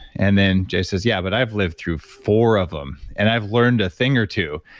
and then, jay says, yeah. but i've lived through four of them. and i've learned a thing or two.